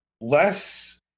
less